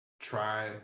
try